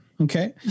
Okay